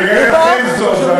אני אגלה לכם סוד.